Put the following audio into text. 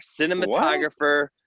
cinematographer